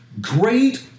great